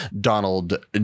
Donald